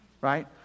right